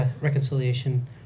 reconciliation